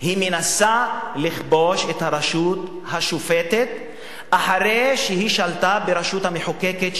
מנסה לכבוש את הרשות השופטת אחרי שהיא שלטה ברשות המחוקקת,